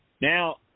Now